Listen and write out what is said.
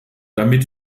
damit